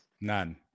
None